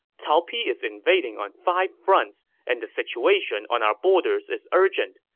cao pi is invading on five fronts, and the situation on our borders is urgent.